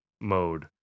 mode